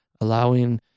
allowing